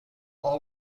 all